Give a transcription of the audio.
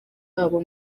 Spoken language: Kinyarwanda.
babo